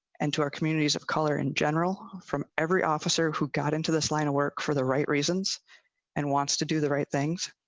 and to our communities of color in general from every officer who got into this line of work for the right reasons and wants to do the right things.